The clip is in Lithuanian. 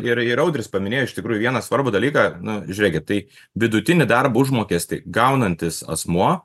ir ir audris paminėjo iš tikrųjų vieną svarbų dalyką nu žiūrėkit tai vidutinį darbo užmokestį gaunantis asmuo